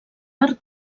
arc